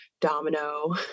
Domino